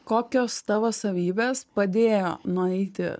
kokios tavo savybės padėjo nueiti